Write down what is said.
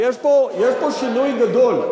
יש פה שינוי גדול,